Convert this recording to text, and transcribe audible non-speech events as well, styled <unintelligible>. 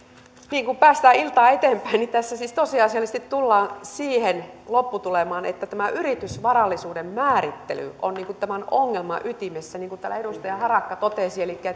kun päästään iltaa eteenpäin niin tässä siis tosiasiallisesti tullaan siihen lopputulemaan että tämä yritysvarallisuuden määrittely on tämän ongelman ytimessä niin kuin täällä edustaja harakka totesi elikkä <unintelligible>